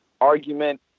argument